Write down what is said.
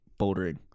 bouldering